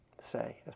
say